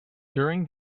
during